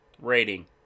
rating